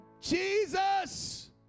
Jesus